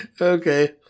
Okay